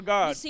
God